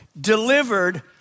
delivered